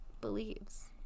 believes